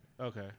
Okay